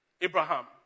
Abraham